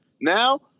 Now